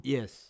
Yes